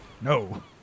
No